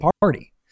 Party